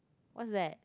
what's that